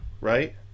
Right